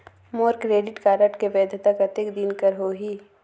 मोर credit card के वैधता कतेक दिन कर होही?